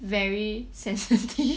very sensitive